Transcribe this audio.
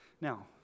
Now